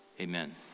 Amen